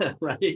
right